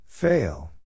Fail